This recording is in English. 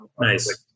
Nice